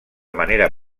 manera